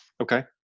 Okay